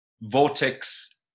vortex